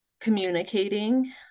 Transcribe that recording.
communicating